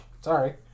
Sorry